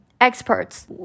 experts